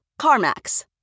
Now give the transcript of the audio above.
CarMax